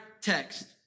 text